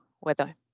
weather